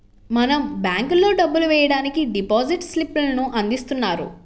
మనం బ్యేంకుల్లో డబ్బులు వెయ్యడానికి డిపాజిట్ స్లిప్ లను అందిస్తున్నారు